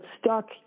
stuck